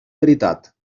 veritat